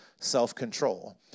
self-control